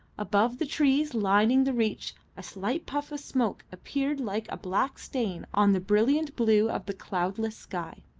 above the trees lining the reach a slight puff of smoke appeared like a black stain on the brilliant blue of the cloudless sky.